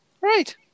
Right